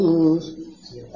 use